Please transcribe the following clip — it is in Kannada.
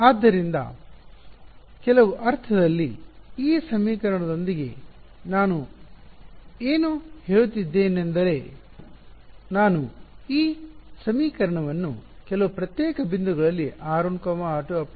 ಆದ್ದರಿಂದ ಕೆಲವು ಅರ್ಥದಲ್ಲಿ ಈ ಸಮೀಕರಣದೊಂದಿಗೆ ನಾನು ಏನು ಹೇಳುತ್ತಿದ್ದೇನೆಂದರೆ ನಾನು ಈ ಸಮೀಕರಣವನ್ನು ಕೆಲವು ಪ್ರತ್ಯೇಕ ಬಿಂದುಗಳಲ್ಲಿ r1 r2 r3